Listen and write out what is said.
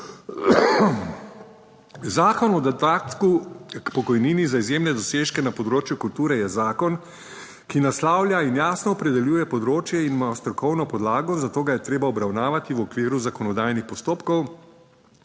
Zakon o dodatku k pokojnini za izjemne dosežke na področju kulture je zakon, ki naslavlja in jasno opredeljuje področje in ima strokovno podlago. Za to ga je treba obravnavati v okviru zakonodajnih postopkov,